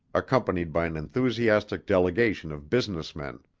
accompanied by an enthusiastic delegation of business men.